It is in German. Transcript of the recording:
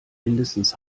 mindestens